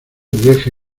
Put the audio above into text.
deje